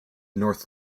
north